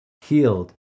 healed